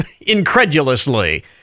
incredulously